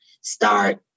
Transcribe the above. start